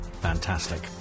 Fantastic